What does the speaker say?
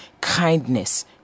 kindness